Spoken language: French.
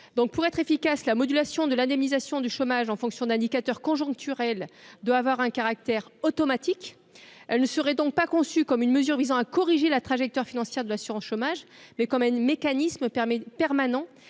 pour être efficace, la modulation de l'indemnisation du chômage en fonction d'indicateurs conjoncturels doit avoir un caractère automatique, elle ne serait donc pas conçu comme une mesure visant à corriger la trajectoire financière de l'assurance chômage, mais comme un mécanisme permet